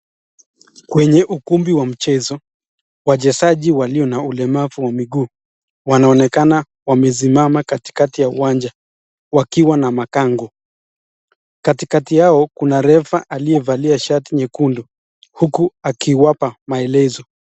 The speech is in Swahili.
Kwenye ukumbi wa mchezo, wachezaji walio na ulemavu wa miguu wanaonekana wamesimama katikati ya uwanja wakiwa na makango, katikati yao kuna refa aliyevalia shati nyekundu huku akiwapa maelezo.